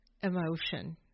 emotion